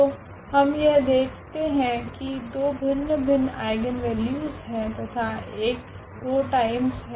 तो हम यह देखते है की दो भिन्न भिन्न आइगनवेल्यूस है तथा एक 2 टाइम्स है